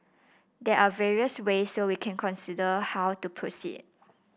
there are various ways so we will consider how to proceed